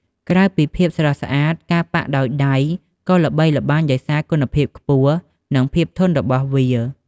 ក្រៅពីភាពស្រស់ស្អាត ការប៉ាក់ដោយដៃក៏ល្បីល្បាញដោយសារ គុណភាពខ្ពស់ និង ភាពធន់ របស់វា។